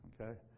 okay